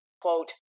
quote